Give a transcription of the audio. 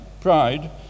pride